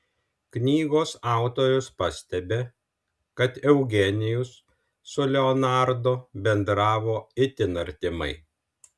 knygos autorius pastebi kad eugenijus su leonardu bendravo itin artimai